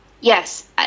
Yes